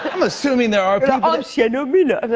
i'm assuming there are people i'm sienna miller.